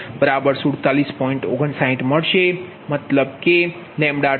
59 મળશે